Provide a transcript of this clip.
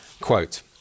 quote